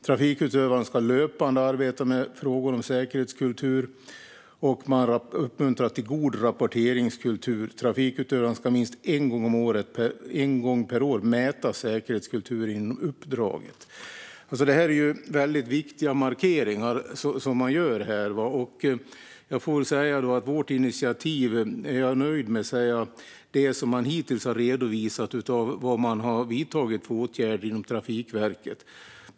Trafikutövaren ska löpande arbeta med frågor om säkerhetskultur, och man uppmuntrar till god rapporteringskultur. Trafikutövaren ska minst en gång per år mäta säkerhetskultur inom uppdraget. Man gör här väldigt viktiga markeringar. Jag får väl säga att jag är nöjd med vårt initiativ och vad Trafikverket hittills har redovisat om vilka åtgärder man har vidtagit.